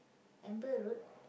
Amber-Road